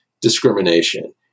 discrimination